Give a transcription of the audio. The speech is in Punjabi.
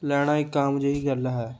ਲੈਣਾ ਇੱਕ ਆਮ ਜਿਹੀ ਗੱਲ ਹੈ